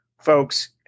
folks